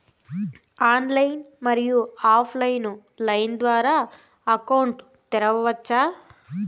Online, మరియు offline line ద్వారా account తెరవచ్చా?